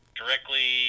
directly